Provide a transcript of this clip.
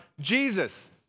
Jesus